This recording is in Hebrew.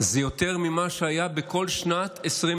זה יותר ממה שהיה בכל שנת 2022,